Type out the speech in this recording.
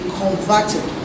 converted